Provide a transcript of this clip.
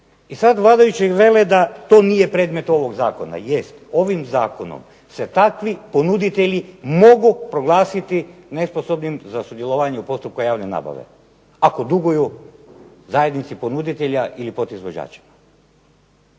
i sada vladajući vele da to nije predmet ovog zakona, jest ovim Zakonom se takvi ponuditelji mogu proglasiti nesposobnim za sudjelovanje u postupku javne nabave ako duguju zajednici ponuditelja ili podizvođačima.